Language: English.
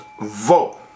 vote